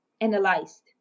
analyzed